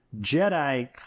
Jedi